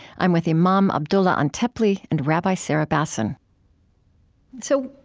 i'm with imam abdullah antepli and rabbi sarah bassin so